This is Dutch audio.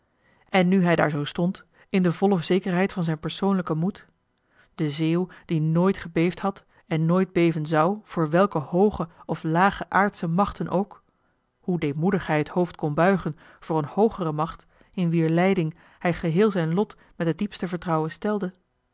en nu hij daar zoo stond in de volle zekerheid van zijn persoonlijken moed de zeeuw die nooit gebeefd had en nooit beven zou voor welke hooge of lage aardsche machten ook hoe joh h been paddeltje de scheepsjongen van michiel de ruijter deemoedig hij het hoofd kon buigen voor een hoogere macht in wier leiding hij geheel zijn lot met het diepste vertrouwen stelde